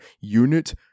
unit